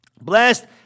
Blessed